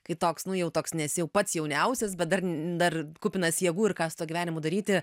kai toks nu jau toks nesi jau pats jauniausias bet dar dar kupinas jėgų ir ką su tuo gyvenimu daryti